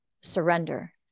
surrender